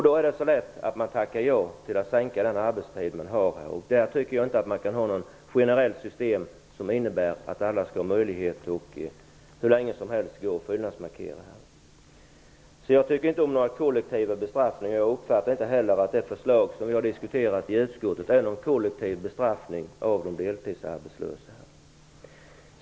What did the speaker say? Då är det lätt att man tackar ja till att sänka den arbetstid man har. Jag tycker inte att vi kan ha något generellt system som innebär att alla skall ha möjlighet att gå och fyllnadsmarkera hur länge som helst. Jag tycker inte om några kollektiva bestraffningar. Jag uppfattar inte heller att det förslag vi har diskuterat i utskottet är en kollektiv bestraffning av de deltidsarbetslösa.